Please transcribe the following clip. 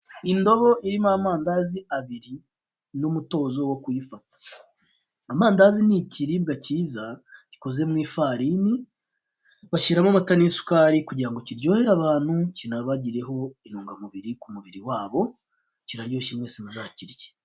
Indobo irimo amandazi abiri n'umutozo wo kuyafata. Amandazi ni ikiribwa cyiza gikozwe mu ifarini. Bashyiramo amata n'isukari kugira ngo kiryohere abantu kinabagireho intungamubiri ku mubiri wabo. Kiraryoshye mwese muzakirye.